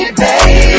baby